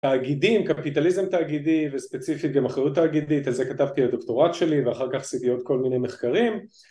תאגידים, קפיטליזם תאגידי וספציפית גם אחריות תאגידית, על זה כתבתי את הדוקטורט שלי ואחר כך עשיתי עוד כל מיני מחקרים